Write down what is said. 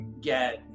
get